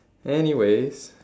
anyways